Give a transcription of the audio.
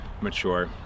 mature